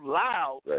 loud